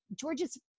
George's